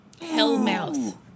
Hellmouth